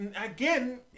Again